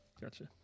Gotcha